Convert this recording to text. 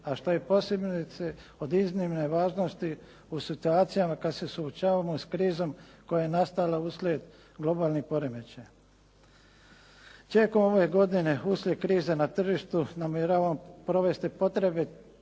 a što je posebice od iznimne važnosti u situacijama kada se suočavamo sa krizom koja je nastala uslijed globalnih poremećaja. Tijekom ove godine uslijed krize na tržištu namjeravamo provesti potrebite